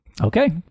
okay